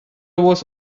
was